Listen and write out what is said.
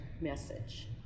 message